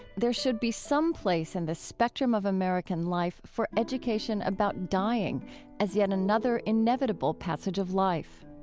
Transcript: there should be some place in the spectrum of american life for education about dying as yet another inevitable passage of life